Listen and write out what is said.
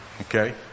Okay